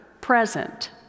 present